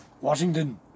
Washington